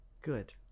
Good